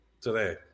today